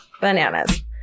bananas